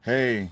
Hey